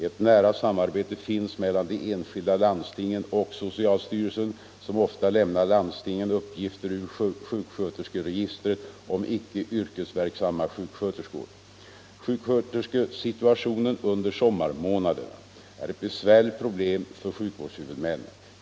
Ett nära samarbete finns mellan de en skilda landstingen och socialstyrelsen, som ofta lämnar landstingen upp gifter ur sjuksköterskeregistret om icke yrkesverksamma sjuksköterskor. Sjuksköterskesituationen under sommarmånaderna är ett besvärligt problem för sjukvårdshuvudmännen.